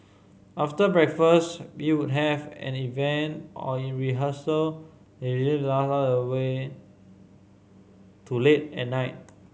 after breakfast we would have an event or rehearsal the way to late at night